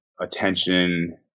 attention